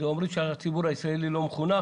אומרים שהציבור הישראלי לא מחונך